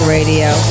Radio